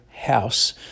house